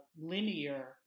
linear